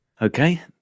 Okay